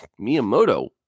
Miyamoto